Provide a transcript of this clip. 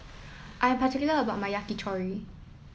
I am particular about my Yakitori